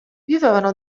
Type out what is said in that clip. vivevano